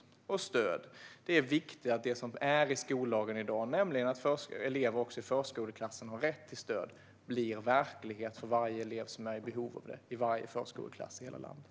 När det gäller stöd är det viktigt att det som står i skollagen i dag, nämligen att elever också i förskoleklassen har rätt till stöd, blir verklighet för varje elev som är i behov av det i varje förskoleklass i hela landet.